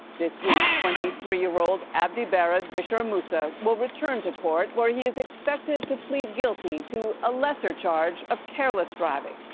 this week, twenty three year-old abdibared bishar mussa, will return to court where he is expected to plead guilty to a lesser charge of careless driving.